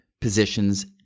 positions